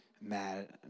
mad